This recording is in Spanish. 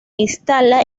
instala